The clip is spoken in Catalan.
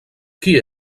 qui